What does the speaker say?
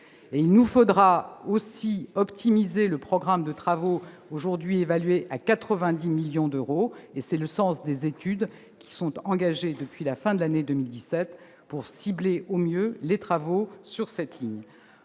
Il nous faudra aussi optimiser le programme de travaux, aujourd'hui évalué à 90 millions d'euros. C'est le sens des études engagées depuis la fin de l'année 2017 pour cibler au mieux les travaux sur cette ligne.